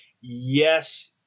yes